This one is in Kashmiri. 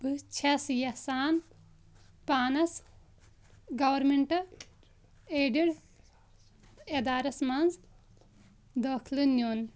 بہٕ چھیٚس یژھان پانَس گورمیٚنٛٹ ایڈٕڈ اِدارَس منٛز دٲخلہٕ نِیٛن